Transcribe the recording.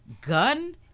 gun